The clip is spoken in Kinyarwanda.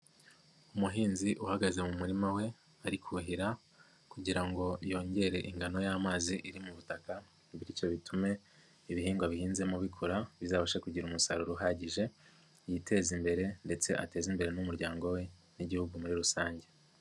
Umuhinzi uhagaze mu murima we ari kuhira kugira ngo yongere ingano y'amazi iri mu butaka bityo bitume ibihingwa bihinzemo bikura bizabashe kugira umusaruro uhagije yiteze imbere ndetse ateze imbere n'umuryango we n'igihugu muri rusange.